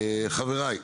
חבריי,